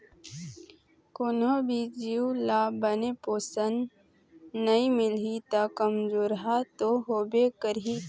कोनो भी जीव ल बने पोषन नइ मिलही त कमजोरहा तो होबे करही